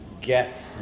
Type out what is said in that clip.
get